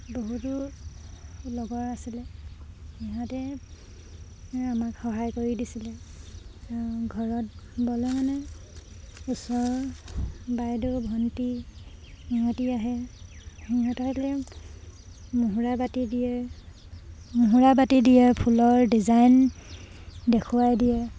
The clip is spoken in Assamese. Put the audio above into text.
বহুতো লগৰ আছিলে সিহঁতে আমাক সহায় কৰি দিছিলে ঘৰত বলে মানে ওচৰ বাইদেউ ভণ্টি সিহঁতি আহে সিহঁত আহিলে মুহুৰা বাতি দিয়ে মুহুৰা বাতি দিয়ে ফুলৰ ডিজাইন দেখুৱাই দিয়ে